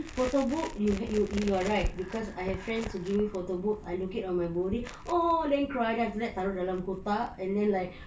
photo book you you you are right cause I have friends who give me photo book I look it on memories !aww! then cry then after that taruk dalam kotak and then like